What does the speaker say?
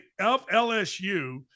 LSU